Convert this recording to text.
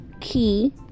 key